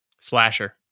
Slasher